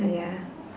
but ya